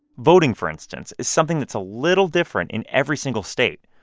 voting, for instance, is something that's a little different in every single state,